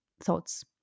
thoughts